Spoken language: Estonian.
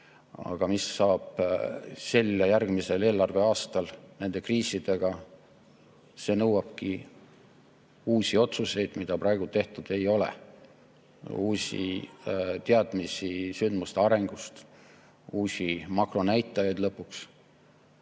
Aga mis saab sel ja järgmisel eelarveaastal nende kriisidega, see nõuabki uusi otsuseid, mida praegu tehtud ei ole, [nõuab] uusi teadmisi sündmuste arengust, uusi makronäitajaid ja